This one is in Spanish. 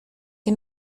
que